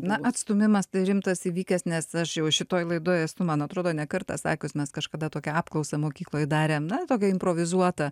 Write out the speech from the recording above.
na atstūmimas tai rimtas įvykęs nes aš jau šitoje laidoje estų man atrodo ne kartą sakius mes kažkada tokią apklausą mokykloje darėm ne tokia improvizuota